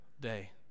day